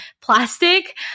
plastic